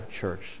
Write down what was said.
church